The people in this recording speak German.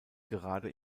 gerade